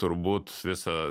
turbūt visa